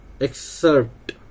Excerpt